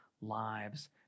lives